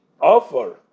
offer